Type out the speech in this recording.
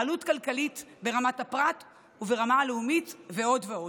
עלות כלכלית ברמת הפרט וברמה הלאומית ועוד ועוד.